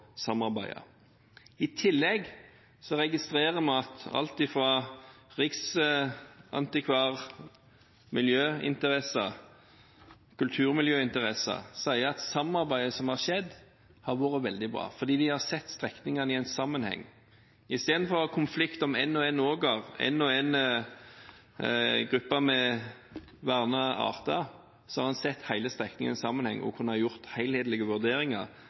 samarbeidet har vært veldig bra fordi de har sett strekningene i sammenheng. Istedenfor å ha konflikt om en og en åker eller en og en gruppe med vernede arter har en sett hele strekningen i sammenheng og kunnet gjøre helhetlige vurderinger,